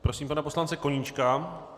Prosím pana poslance Koníčka.